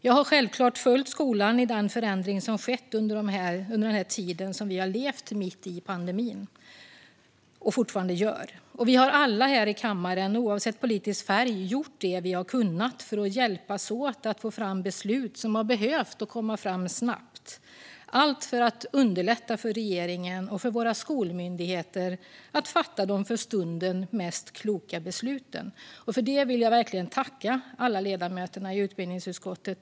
Jag har självklart följt skolan i den förändring som skett under den tid som vi har levt mitt i pandemin och fortfarande gör. Vi har alla här i kammaren, oavsett politisk färg, gjort det vi har kunnat för att hjälpas åt att få fram beslut som har behövt komma fram snabbt - allt för att underlätta för regeringen och våra skolmyndigheter att fatta de för stunden mest kloka besluten. För detta vill jag verkligen tacka alla ledamöter i utbildningsutskottet.